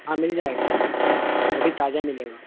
हाँ मिल जाएगा मैम वह भी ताज़ा मिलेगा